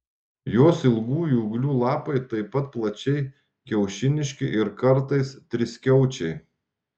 jos ilgųjų ūglių lapai taip pat plačiai kiaušiniški ir kartais triskiaučiai